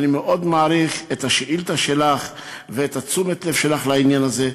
אני מאוד מעריך את השאילתה שלך ואת תשומת הלב שלך לעניין הזה.